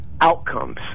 outcomes